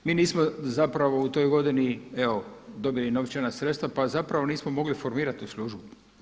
Mi nismo zapravo u toj godini evo dobili novčana sredstva, pa zapravo nismo mogli formirati tu službu.